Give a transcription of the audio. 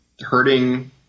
hurting